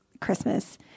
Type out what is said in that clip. Christmas